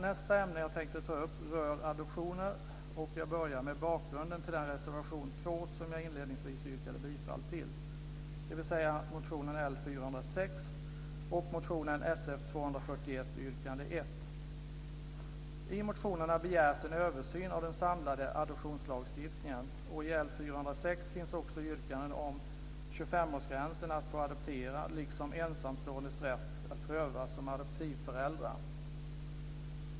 Nästa ämne som jag tänkte ta upp rör adoptioner, och jag börjar med bakgrunden till reservation 2 som jag inledningsvis yrkade bifall till med anledning av motionen L406 och motionen I motionerna begärs en översyn av den samlade adoptionslagstiftningen, och i L406 finns också yrkanden om 25-årsgränsen för att få adoptera, liksom ensamståendes rätt att prövas som adoptivföräldrar.